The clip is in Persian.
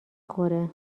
خوره